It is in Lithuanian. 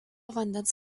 vandens